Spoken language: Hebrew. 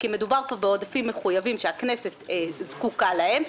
כי מדובר פה בעודפים מחויבים שהכנסת זקוקה להם.